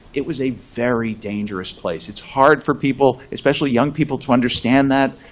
it was a very dangerous place. it's hard for people, especially young people, to understand that,